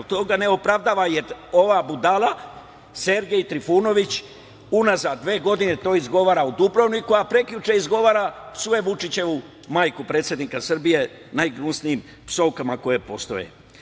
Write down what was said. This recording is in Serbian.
To ga ne opravdava, jer ova budala Sergej Trifunović unazad dve godine to izgovara u Dubrovniku, a prekjuče psuje Vučićevu majku najgnusnijim psovkama koje postoje.